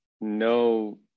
No